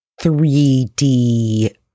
3D